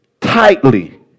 tightly